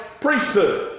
priesthood